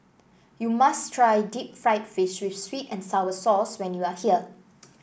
you must try Deep Fried Fish with sweet and sour sauce when you are here